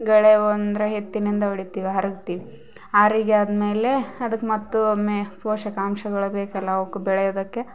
ಗೆಳೆವಂದರೆ ಎತ್ತಿನಿಂದ ಹೊಡಿತಿವಿ ಹರ್ಗ್ತಿವಿ ಆರಿಗ್ಯಾದ್ಮೇಲೆ ಅದಕ್ಕೆ ಮತ್ತೊಮ್ಮೆ ಪೋಷಕಾಂಶಗಳು ಬೇಕಲ್ಲಾ ಅವ್ಕ ಬೆಳೆಯೋದಕ್ಕೆ